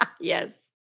Yes